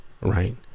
right